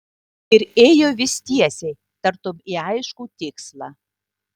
ir ėjo vis tiesiai tartum į aiškų tikslą